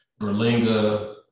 Berlinga